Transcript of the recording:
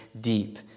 deep